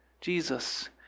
Jesus